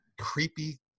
creepy